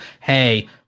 Hey